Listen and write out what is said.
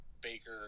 Baker